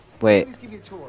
Wait